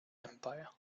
empire